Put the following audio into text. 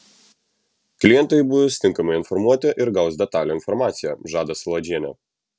klientai bus tinkamai informuoti ir gaus detalią informaciją žada saladžienė